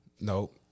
nope